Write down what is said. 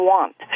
Want